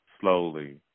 slowly